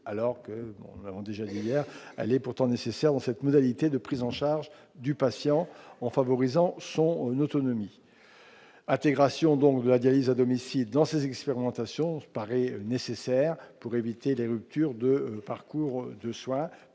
alors que bon, déjà derrière elle est pourtant nécessaire, on fait modalités de prise en charge du patient en favorisant son autonomie AT Gration, donc de la dialyse à domicile dans ces expérimentations paraît nécessaire pour éviter les ruptures de parcours de soins